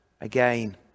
again